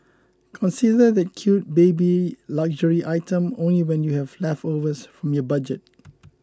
consider that cute baby luxury item only when you have leftovers from your budget